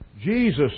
Jesus